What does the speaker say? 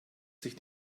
sich